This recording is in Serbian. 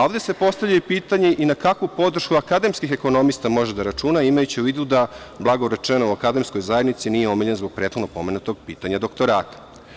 Ovde se postavlja i pitanje na kakvu podršku akademskih ekonomista može da računa, imajući u vidu da, blago rečeno, akademskoj zajednici nije omiljen zbog prethodno pomenutog pitanja doktorata.